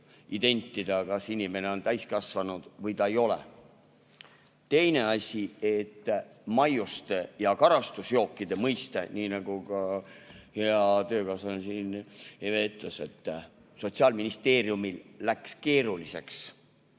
identida, kas inimene on täiskasvanud või ei ole. Teine asi: maiuste ja karastusjookide mõiste. Nii nagu ka hea töökaaslane Hele siin ütles, siis Sotsiaalministeeriumil läks keeruliseks